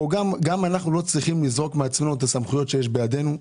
אנחנו לא צריכים לזרוק מעצמנו את הסמכויות שיש בידינו,